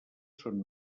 són